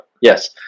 Yes